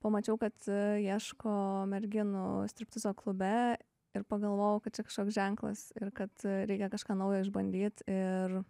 pamačiau kad ieško merginų striptizo klube ir pagalvojau kad čia kažkoks ženklas ir kad reikia kažką naujo išbandyt ir